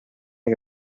che